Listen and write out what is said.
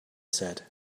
said